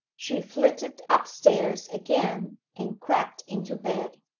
she flitted upstairs again and crept into bed.